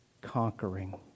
conquering